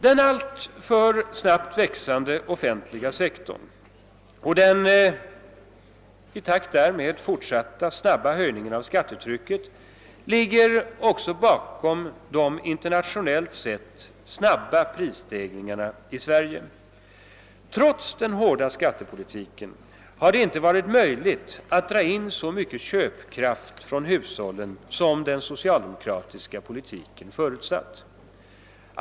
Den alltför snabbt växande offentliga sektorn och den i takt därmed fortskridande snabba höjningen av skattetrycket ligger också bakom de internationellt sett snabba prisstegringarna i Sverige. Trots den hårda skattepolitiken har det inte varit möjligt att dra in så mycket köpkraft från hushållen som den socialdemokratiska politiken förutsatt.